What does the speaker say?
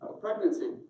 Pregnancy